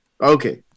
Okay